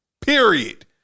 Period